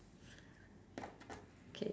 okay